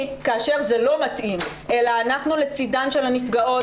כאשר זה לא מתאים אלא אנחנו לצדן של הנפגעות,